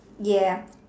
ya